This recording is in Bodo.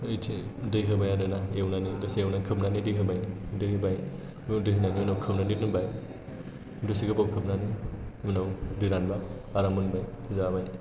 दै होबाय आरोना एवनानै दसे एवनानै खोबनानै दै होबाय बेयाव दै होनायनि उनाव खोबनानै दै होबाय दसे गोबाव खोबनानै उनाव दै रानोबा आराम मोनबाय जाबाय